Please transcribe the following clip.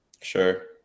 sure